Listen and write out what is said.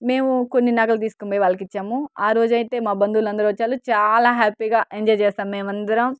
మేము కొన్ని నగలు తీసుకొని పోయి వాళ్ళకిచ్చాము ఆ రోజైతే మా బంధువులందరూ వచ్చారు చాలా హ్యాపీగా ఎంజాయ్ చేస్తాం మేమందరం